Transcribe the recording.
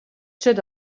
ket